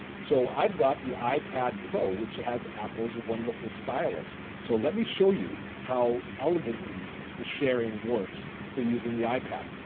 so, i've got the ipad pro, which has apple's wonderful stylus. so let me show you how elegantly the sharing works for using the ipad.